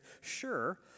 sure